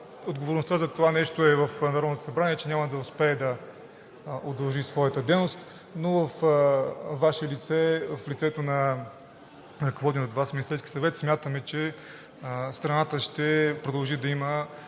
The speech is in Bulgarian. Отговорността за това нещо е в Народното събрание, че няма да успее да удължи своята дейност, но във Ваше лице, в лицето на ръководения от Вас Министерски съвет смятаме, че страната ще продължи да има